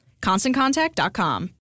ConstantContact.com